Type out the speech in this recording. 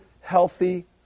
healthy